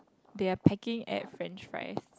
they are packing uh french fries